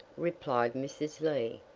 replied mrs. lee.